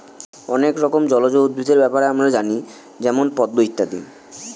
অনেক রকমের জলজ উদ্ভিদের ব্যাপারে আমরা জানি যেমন পদ্ম ইত্যাদি